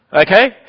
Okay